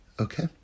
Okay